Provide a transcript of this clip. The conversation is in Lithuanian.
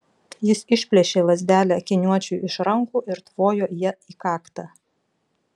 jis išplėšė lazdelę akiniuočiui iš rankų ir tvojo ja į kaktą